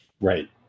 Right